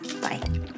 bye